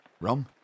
Rum